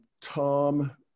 Tom